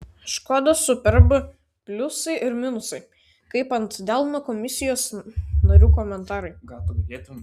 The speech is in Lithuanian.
škoda superb pliusai ir minusai kaip ant delno komisijos narių komentarai